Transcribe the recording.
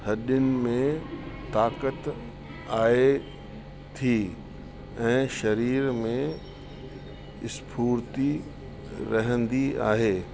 हॾियुनि में ताक़तु आहे थी ऐं शरीर में स्फूर्ति रहंदी आहे